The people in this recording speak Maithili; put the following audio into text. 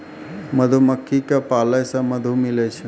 मधुमक्खी क पालै से मधु मिलै छै